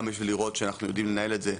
גם בשביל לראות שאנחנו יודעים לנהל את זה,